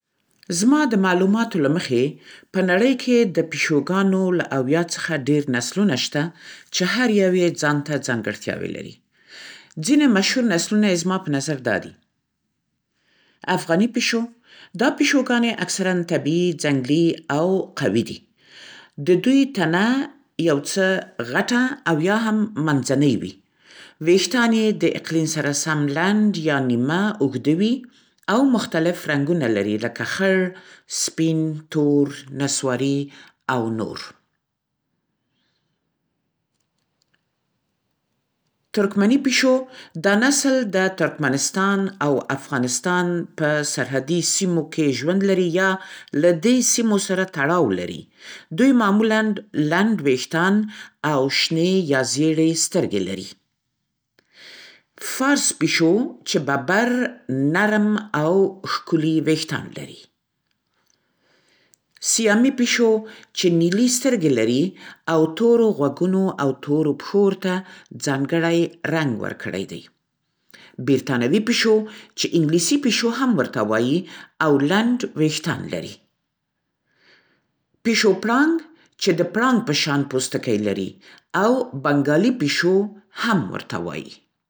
زما د معلوماتو له مخې په نړۍ کې د پیشوګانو له 70 څخه ډېر نسلونه شته، چې هر یو یې ځانته ځانګړتیاوې لري. ځینې مشهوره نسلونه زما په نظر دا دي: افغاني پیشو- دا پیشوګانې اکثراً طبیعي، ځنګلي‌ او قوي وي. د دوی تنه یو څه غټه او یا منځنۍ وي، ویښتان یې د اقلیم سره سم لنډ یا نیمه اوږده وي او مختلف رنګونه لري، لکه خړ، سپین، تور، نسواري او نور. ترکمني پیشو- دا نسل د ترکمنستان او افغانستان په سرحدي سیمو کې ژوند لري یا له دې سیمې سره تړاو لري. دوی معمولاً لنډ ویښتان او شنې یا زېړې سترګې لري. فارس پیشو- چې ببر، نرم او ښکلي ویښتان لري. سیامي پیشو – چې نیلي سترګې لري او تورو غوږونو او تورو پښو ورته ځانګړی رنګ ورکړی. برتانوي پیشو- چې انګلیسي پیشو هم ورته وایي او لنډ ویښتان لري. پیشو پړانګ چې د پړانګ په شان پوستکی لري او بنګالي پیشو هم ورته وایي.